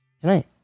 tonight